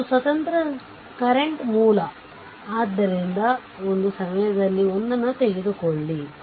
ಒಂದು ಸ್ವತಂತ್ರ ಕರೆಂಟ್ ಮೂಲ ಆದ್ದರಿಂದ ಒಂದು ಸಮಯದಲ್ಲಿ ಒಂದನ್ನು ತೆಗೆದುಕೊಳ್ಳಿ